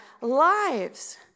lives